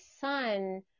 son